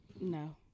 No